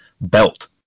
belt